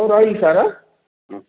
ହଉ ରହିଲି ସାର୍ ହୁଁ